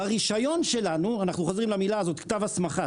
ברישיון שלנו אנחנו חוזרים למילה הזאת "כתב הסמכה",